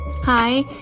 Hi